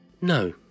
No